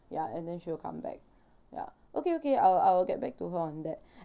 ya and then she'll come back ya okay okay I'll I'll get back to her on that